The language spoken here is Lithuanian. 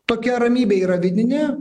tokia ramybė yra vidinė